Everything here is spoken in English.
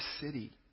city